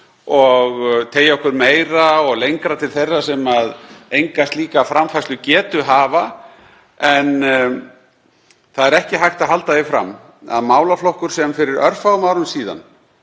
og teygja okkur meira og lengra til þeirra sem enga slíka framfærslugetu hafa. Það er ekki hægt að halda því fram að málaflokkur, sem fyrir örfáum árum var